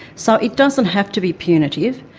so it doesn't have to be punitive.